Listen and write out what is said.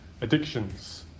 Addictions